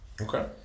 Okay